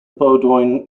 bowdoin